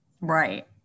right